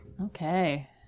Okay